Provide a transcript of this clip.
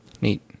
Neat